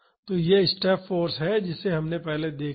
तो यह step first है जिसे हमने पहले देखा है